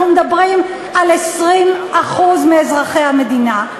אנחנו מדברים על 20% מאזרחי המדינה.